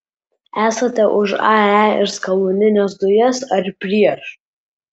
esate už ae ir skalūnines dujas ar prieš